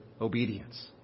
obedience